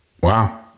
wow